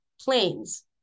planes